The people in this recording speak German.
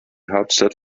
hauptstadt